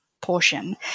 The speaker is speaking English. Portion